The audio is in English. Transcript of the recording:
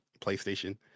playstation